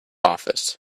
office